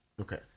Okay